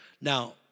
Now